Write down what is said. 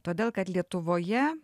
todėl kad lietuvoje